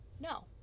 no